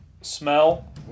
smell